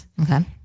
Okay